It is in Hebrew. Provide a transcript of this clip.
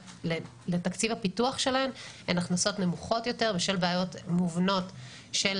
לתקציב הפיתוח שלהן הן הכנסות נמוכות יותר בשל בעיות מובנות של